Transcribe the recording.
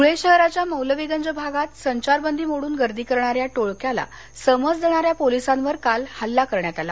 ध्वळे शहराच्या मौलवीगंज भागात संचारबंदी मोडून गर्दी करणाऱ्या टोळक्याला समज देणाऱ्या पोलिसांवर काल हल्ला करण्यात आला